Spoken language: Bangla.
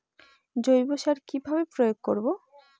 জৈব সার কি ভাবে প্রয়োগ করব?